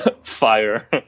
fire